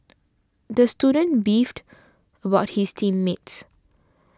the student beefed about his team mates